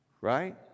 Right